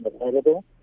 available